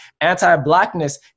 Anti-blackness